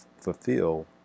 fulfill